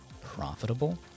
profitable